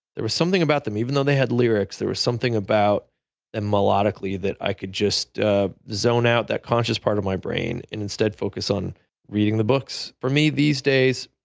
there were something about them even though they had lyrics that were something about a melodically that i could just zone out that conscious part of my brain and instead focus on reading the books. for me these days,